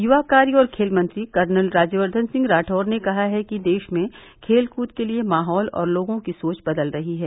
य्वा कार्य और खेल मंत्री कर्नल राज्यवर्द्धन सिंह राठौर ने कहा है कि देश में खेलकूद के लिए माहौल और लोगों की सोच बदल रही है